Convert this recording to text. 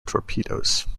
torpedoes